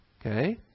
Okay